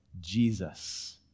Jesus